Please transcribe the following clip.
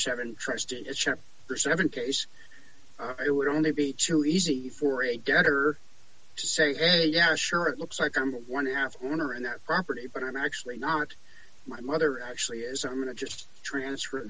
seven trust in a chair for seven case it would only be too easy for a debtor to say hey yeah sure it looks like i'm one half owner in that property but i'm actually not my mother actually is i'm going to just transfer